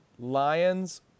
Lions